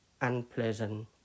unpleasant